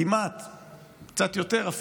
אפילו קצת יותר,